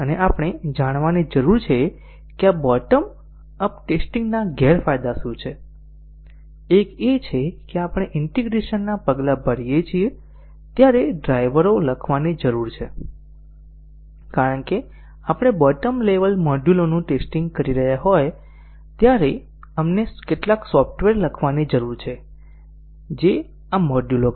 અને આપણે જાણવાની જરૂર છે કે આ બોટમ અપ ટેસ્ટિંગના ગેરફાયદા શું છે એક એ છે કે આપણે ઈન્ટીગ્રેશન ના પગલા ભરીએ ત્યારે ડ્રાઇવરો લખવાની જરૂર છે કારણ કે આપણે બોટમ લેવલ મોડ્યુલોનું ટેસ્ટીંગ કરી રહ્યા છીએ ત્યારે આપણને કેટલાક સોફ્ટવેર લખવાની જરૂર છે જે કરશે આ મોડ્યુલો